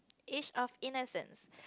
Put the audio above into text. age of innocent